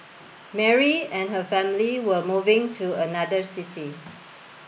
Mary and her family were moving to another city